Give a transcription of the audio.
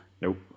Nope